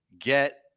Get